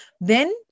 then-